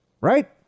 Right